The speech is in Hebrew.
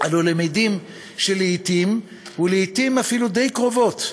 אנו למדים שלעתים, ולעתים אפילו די קרובות,